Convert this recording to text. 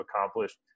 accomplished